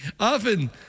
Often